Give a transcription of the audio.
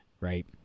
right